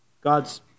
God's